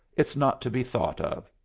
it's not to be thought of.